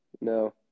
no